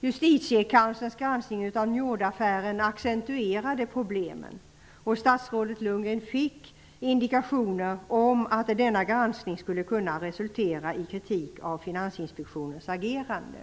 Justitiekanslerns granskning av Njordaffären acccentuerade problemen. Statsrådet Lundgren fick indikationer på att denna granskning skulle kunna resultera i kritik av Finansinspektionens agerande.